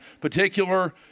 particular